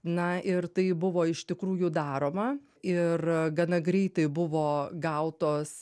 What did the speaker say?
na ir tai buvo iš tikrųjų daroma ir gana greitai buvo gautos